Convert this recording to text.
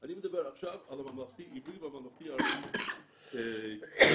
אני מדבר עכשיו על הממלכתי-עברי ועל הממלכתי-ערבי ככלל.